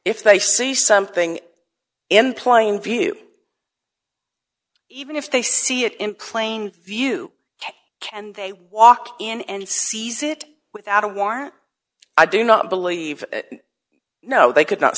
if they see something in plain view even if they see it in plain view and they walk in and seize it without a warrant i do not believe no they could not